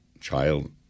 child